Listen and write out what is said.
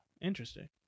interesting